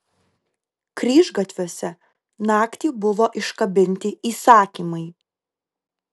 kryžgatviuose naktį buvo iškabinti įsakymai